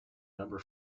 number